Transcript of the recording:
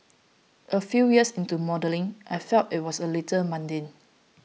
a few years into modelling I felt that it was a little mundane